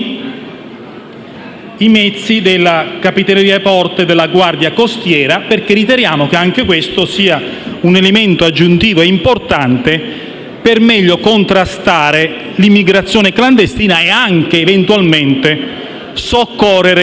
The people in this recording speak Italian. i mezzi della Capitaneria di porto e della Guardia costiera. Riteniamo che anche questo sia un elemento aggiuntivo importante per meglio contrastare l'immigrazione clandestina e, eventualmente, soccorrere